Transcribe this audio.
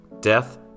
Death